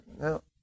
No